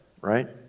right